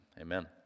Amen